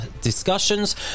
discussions